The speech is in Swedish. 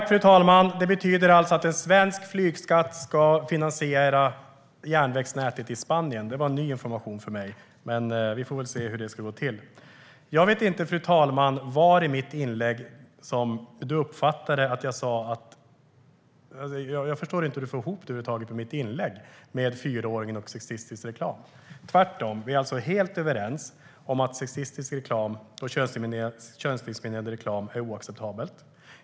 Fru talman! Det betyder alltså att en svensk flygskatt ska finansiera järnvägsnätet i Spanien. Det var ny information för mig. Vi får väl se hur det ska gå till. Fru talman! Jag förstår över huvud taget inte hur Annika Hirvonen Falk får ihop mina anföranden med en fyraåring i sexistisk reklam. Tvärtom är vi helt överens om att sexistisk reklam och könsdiskriminerande reklam är oacceptabelt.